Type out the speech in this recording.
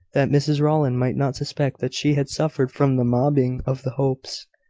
that mrs rowland might not suspect that she had suffered from the mobbing of the hopes.